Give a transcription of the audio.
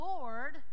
Lord